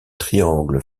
triangle